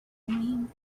mean